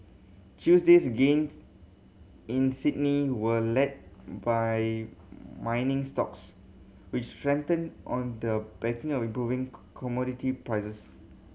Tuesday's gains in Sydney were led by mining stocks which strengthened on the back of improving commodity prices